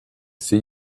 see